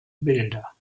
bilder